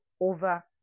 over